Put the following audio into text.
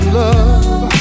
love